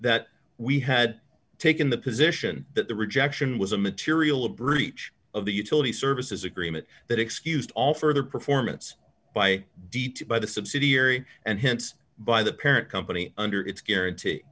that we had taken the position that the rejection was a material breach of the utility services agreement that excused all further performance by d t by the subsidiary and hence by the parent company under its guarantee